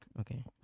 Okay